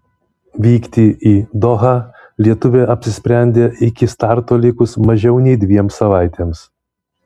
vykti į dohą lietuvė apsisprendė iki starto likus mažiau nei dviem savaitėms